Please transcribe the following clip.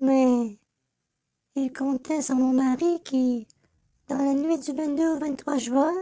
mais ils comptaient sans mon mari qui dans la nuit du au juin